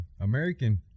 American